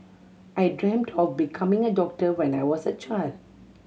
I dreamt of becoming a doctor when I was a child